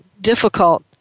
difficult